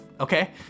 okay